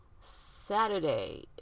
Saturday